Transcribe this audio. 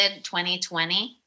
2020